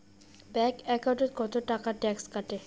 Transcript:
Bank একাউন্টত কতো টাকা ট্যাক্স কাটে?